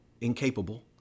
incapable